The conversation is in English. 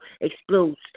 explodes